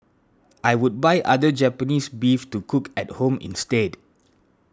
I would buy other Japanese beef to cook at home instead